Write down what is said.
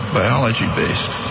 biology-based